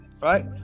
right